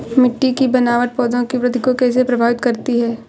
मिट्टी की बनावट पौधों की वृद्धि को कैसे प्रभावित करती है?